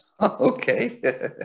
Okay